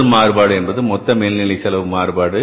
முதல் மாறுபாடு என்பது மொத்த மேல் நிலை செலவு மாறுபாடு